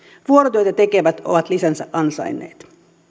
vuorotyötä tekevät ovat lisänsä ansainneet